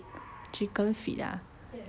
chicken feet ah